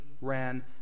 ran